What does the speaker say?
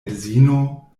edzino